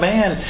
Man